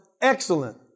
excellent